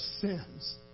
sins